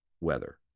weather